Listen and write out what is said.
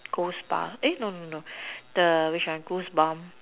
spa eh no no no the which one goosebumps